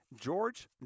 George